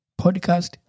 podcast